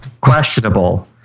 questionable